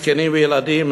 זקנים וילדים,